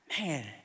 Man